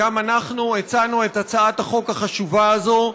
גם אנחנו הצענו את הצעת החוק החשובה הזאת,